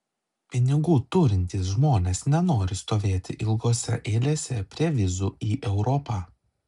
pinigų turintys žmonės nenori stovėti ilgose eilėse prie vizų į europą